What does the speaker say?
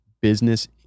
business